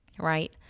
Right